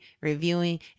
reviewing